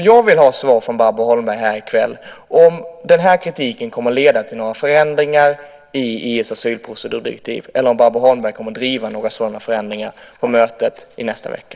Jag vill ha svar från Barbro Holmberg här i kväll på om den här kritiken kommer att leda till några förändringar i EU:s asylprocedurdirektiv eller om Barbro Holmberg kommer att driva några sådana förändringar på mötet nästa vecka.